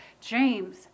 James